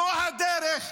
זו הדרך.